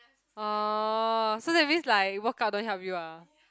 orh so that means like work out don't help you ah